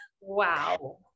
wow